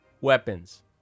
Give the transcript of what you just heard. weapons